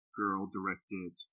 girl-directed